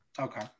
Okay